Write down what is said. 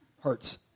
Hurts